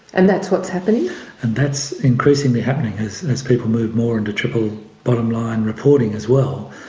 and that's what's happening? and that's increasingly happening as as people move more into triple bottom-line reporting as well,